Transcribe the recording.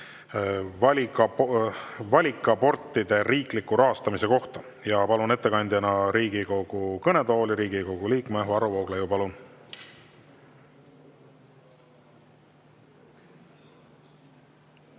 valikabortide riikliku rahastamise kohta. Ja palun ettekandjana Riigikogu kõnetooli Riigikogu liikme Varro Vooglaiu. Palun!